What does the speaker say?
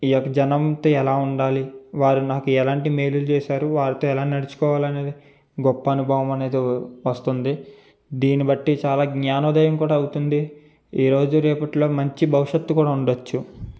ఈ యొక్క జనంతో ఎలా ఉండాలి వారు నాకు ఎలాంటి మేలు చేశారు వాళ్ళతో ఎలా నడుచుకోవాలి అనేది గొప్ప అనుభవం అనేది వస్తుంది దీన్ని బట్టి చాలా జ్ఞానోదయం కూడా అవుతుంది ఈరోజు రేపటిలో మంచి భవిష్యత్తు కూడా ఉండవచ్చు